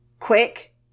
Quick